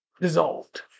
dissolved